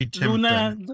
luna